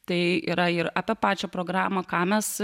tai yra ir apie pačią programą ką mes